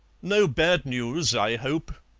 no bad news, i hope,